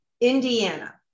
Indiana